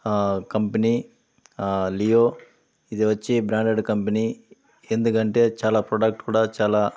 company లియో ఇది వచ్చి బ్రాండేడ్ కంపెనీ ఎందుకంటే చాలా ప్రొడక్టు కూడ చాలా